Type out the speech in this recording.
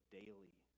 daily